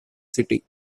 city